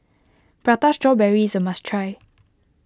Prata Strawberry is a must try